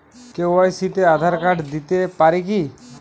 KYC তে Aadhaar card দিতে পারি কি?